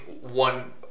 one